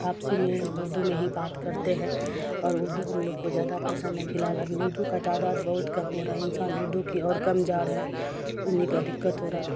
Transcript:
آپسی میں اردو میں ہی بات کرتے ہیں اور اردو ہم لوگ کو زیادہ پسند ہے فی الحال ابھی اردو کا تعداد بہت کم ہو رہا ہے انسان اردو کی اور کم جا رہے ہیں انہیں کا دقت ہو رہا